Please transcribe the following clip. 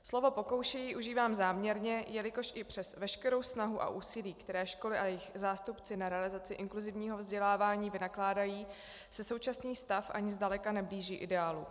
Slovo pokoušejí užívám záměrně, jelikož i přes veškerou snahu a úsilí, které školy a jejich zástupci na realizaci inkluzivního vzdělávání vynakládají, se současný stav ani zdaleka neblíží ideálu.